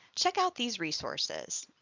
check out these resources.